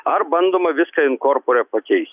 ar bandoma viską inkorpore pakeis